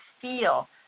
feel